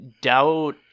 doubt